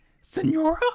Senora